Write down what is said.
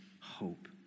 hope